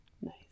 Nice